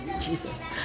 Jesus